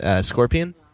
Scorpion